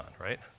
right